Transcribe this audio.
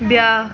بیٛاکھ